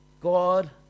God